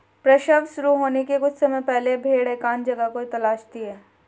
प्रसव शुरू होने के कुछ समय पहले भेड़ एकांत जगह को तलाशती है